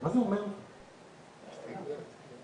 מהווה הזדמנות לעשות